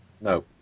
no